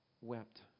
wept